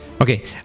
okay